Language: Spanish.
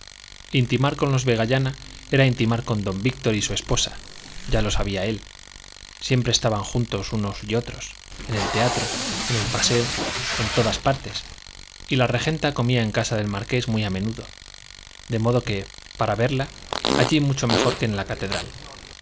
intimar con los vegallana era intimar con don víctor y su esposa ya lo sabía él siempre estaban juntos unos y otros en el teatro en paseo en todas partes y la regenta comía en casa del marqués muy a menudo de modo que para verla allí mucho mejor que en la catedral